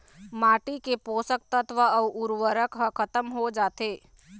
माटी के पोसक तत्व अउ उरवरक ह खतम हो जाथे